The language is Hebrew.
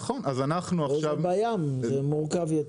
נכון, אז אנחנו --- דרך הים זה יותר מורכב.